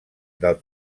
del